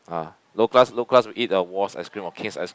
ah low class low class will eat the Walls ice cream or King's ice